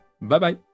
Bye-bye